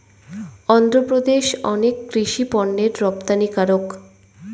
অন্ধ্রপ্রদেশ অনেক কৃষি পণ্যের রপ্তানিকারক